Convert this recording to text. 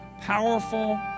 powerful